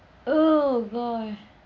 oh boy